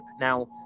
Now